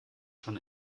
schon